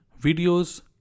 videos